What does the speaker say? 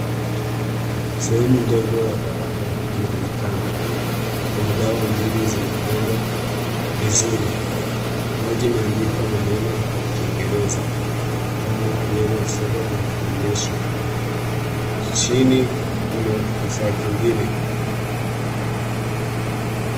Sehemu ndogo ya barakoa inaonekana, kuna dawa mbili zimepangwa, vizuri. Moja imeandikwa maneno ya Kiingereza. Kama yellow fever vaccination . Chini kuna kifaa kingine.